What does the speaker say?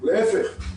להפך,